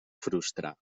frustrar